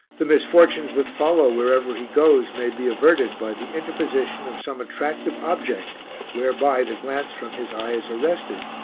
the misfortunes that follow wherever he goes may be averted by the interposition of some attractive object whereby the glance from his eye is arrested,